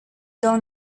dans